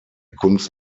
kunst